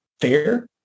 fair